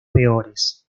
peores